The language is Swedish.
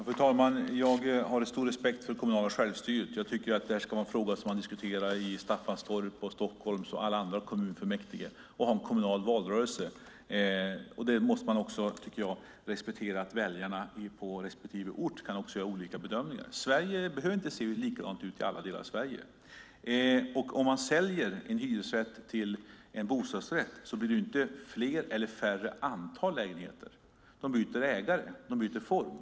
Fru talman! Jag har stor respekt för det kommunala självstyret. Jag tycker att det här ska vara en fråga som man diskuterar i Staffanstorps, Stockholms och alla andra kommunfullmäktige. Man ska ha en kommunal valrörelse, och jag tycker också att man måste respektera att väljarna på respektive ort kan göra olika bedömningar. Det behöver inte se likadant ut i alla delar av Sverige. Om man omvandlar en hyresrätt till en bostadsrätt blir det inte fler eller färre lägenheter. De byter ägare, och de byter form.